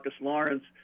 Lawrence